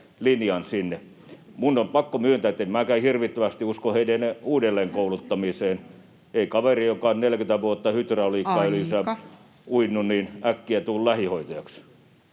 Minun on pakko myöntää, että en minäkään hirvittävästi usko heidän uudelleenkouluttamiseensa. Ei kaveri, joka on 40 vuotta hydrauliikkaöljyssä uinut, äkkiä tule lähihoitajaksi.